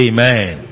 Amen